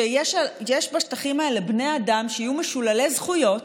כשיש בשטחים האלה בני אדם שיהיו משוללי זכויות,